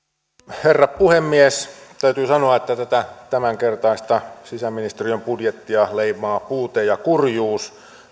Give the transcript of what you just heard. herra puhemies täytyy sanoa että tätä tämänkertaista sisäministeriön budjettia leimaavat puute ja kurjuus